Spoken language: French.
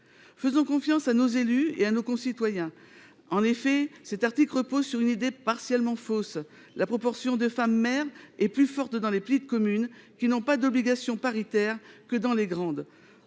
Faisons confiance à nos élus et à nos concitoyens. Cet article repose sur une idée partiellement fausse. En effet, la proportion de femmes maires est plus forte dans les petites communes qui n’ont pas d’obligations paritaires que dans les grandes.